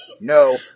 no